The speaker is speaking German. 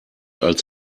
als